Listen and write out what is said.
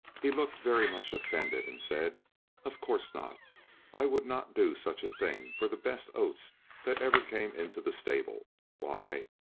he looked very much offended, and said of course not i would not do such a thing for the best oats that ever came into the stable why,